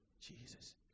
Jesus